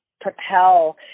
propel